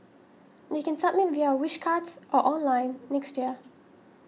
they can submit via Wish Cards or online next year